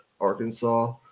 Arkansas